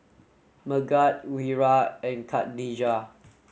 Megat Wira and Khadija